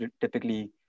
typically